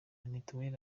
mitiweri